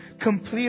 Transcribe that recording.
complete